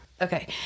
Okay